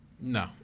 No